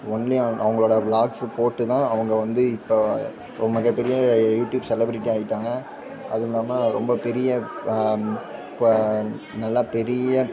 only அவங்களோடய vlogs போட்டு தான் அவங்க வந்து இப்போ ஒரு மிகப்பெரிய யூடியூப் செலபிரிட்டியாக ஆகிட்டாங்க அதுவும்மில்லாமல் ரொம்ப பெரிய இப்போ நல்லா பெரிய